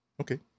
okay